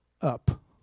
up